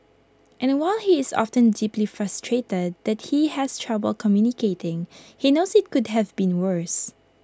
and while he is often deeply frustrated that he has trouble communicating he knows IT could have been worse